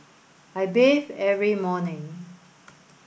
I bathe every morning